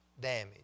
damage